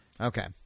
Okay